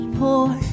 poor